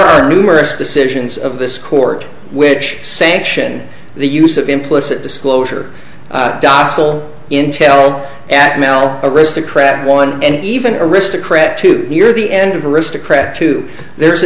are numerous decisions of this court which sanction the use of implicit disclosure docile intel at melle aristocrat one and even aristocrat to your the end of aristocrat to there's a